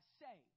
say